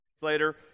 later